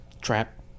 trap